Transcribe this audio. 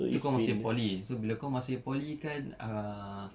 tu kau masih poly so bila kau masih poly kan uh